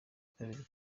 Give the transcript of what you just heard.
kabiri